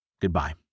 Goodbye